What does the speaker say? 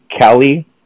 Kelly